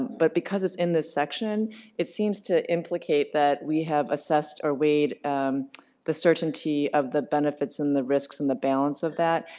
but because it's in this section it seems to implicate that we have assessed or weighed um the certainty of the benefits and the risks and the balance of that.